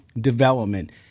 development